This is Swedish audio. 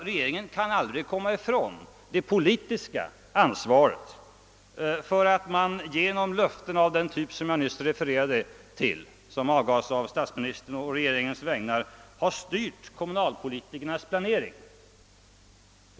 Regeringen kan = aldrig komma ifrån det politiska ansvaret för att man genom löften som statsministerns har styrt kommunalpolitikernas planering.